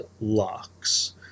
locks